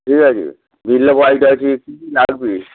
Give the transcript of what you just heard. ঠিক আছে বিরলা হোয়াইট আছে